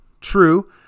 true